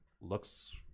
looks